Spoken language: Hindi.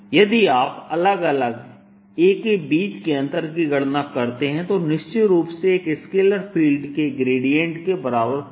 यदि आप अलग अलग A के बीच के अंतर की गणना करते हैं तो निश्चित रूप से स्केलर फ़ील्ड के ग्रेडियंट के बराबर प्राप्त होता है